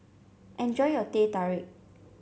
enjoy your Teh Tarik